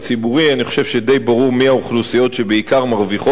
אני חושב שדי ברור מי האוכלוסיות שבעיקר מרוויחות מכך,